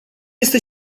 este